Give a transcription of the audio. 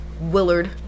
willard